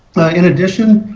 in addition?